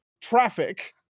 traffic